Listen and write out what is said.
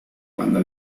banda